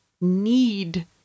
need